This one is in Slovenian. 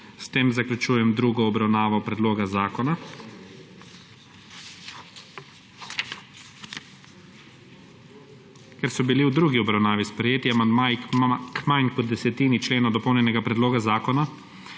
S tem zaključujem drugo obravnavo predloga zakona. Ker so bili v drugi obravnavi sprejeti amandmaji k manj kot desetini členov dopolnjenega predloga zakona